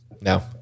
No